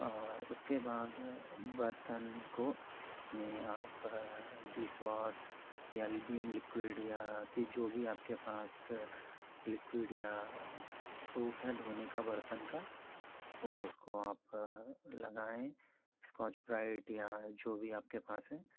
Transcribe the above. और उसके बाद बर्तन को में आप डिस वॉस या वीम लिक्विड या कि जो भी आपके पास लिक्विड या सोप है धोने का बर्तन का वह उसको आप लगाएँ स्कॉच ब्राइट या जो भी आपके पास है